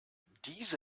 diese